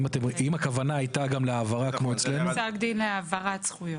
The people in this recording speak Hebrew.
אם הכוונה הייתה גם להעברה כמו אצלנו --- פסק דין להעברת זכויות.